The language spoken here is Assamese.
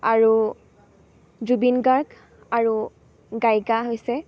আৰু জুবিন গাৰ্গ আৰু গায়িকা হৈছে